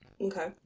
Okay